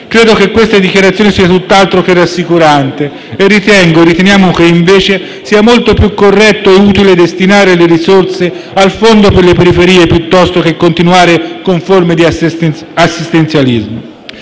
Credo che questa dichiarazione sia tutt'altro che rassicurante e riteniamo che, invece, sia molto più corretto destinare le risorse al fondo per le periferie piuttosto che continuare con forme di assistenzialismo.